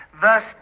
verse